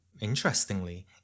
interestingly